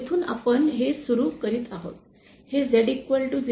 येथूनच आपण हे सुरु करीत आहोत हे Z 0